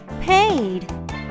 paid